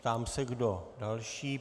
Ptám se, kdo další.